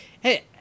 hey